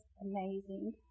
amazing